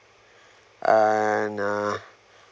and uh